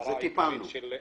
-- בזה טיפלנו.